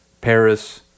paris